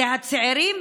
הם הצעירים,